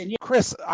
Chris